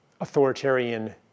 authoritarian